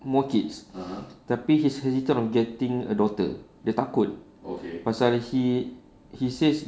more kids tapi he hesitate on getting a daughter dia takut pasal he he says